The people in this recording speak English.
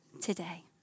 today